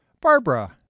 Barbara